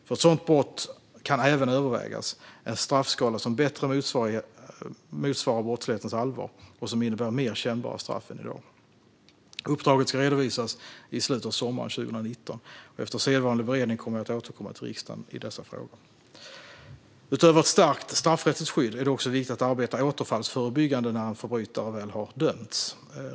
För ett sådant brott kan även övervägas en straffskala som bättre motsvarar brottslighetens allvar och som innebär mer kännbara straff än i dag. Uppdraget ska redovisas i slutet av sommaren 2019. Efter sedvanlig beredning kommer jag att återkomma till riksdagen i dessa frågor. Utöver ett stärkt straffrättsligt skydd är det också viktigt att arbeta återfallsförebyggande när en förbrytare väl har dömts.